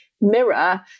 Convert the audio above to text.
mirror